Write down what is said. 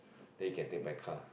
then you can take my car